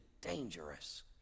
dangerous